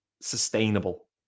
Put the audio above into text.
sustainable